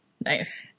Nice